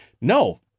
no